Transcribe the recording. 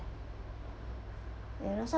and also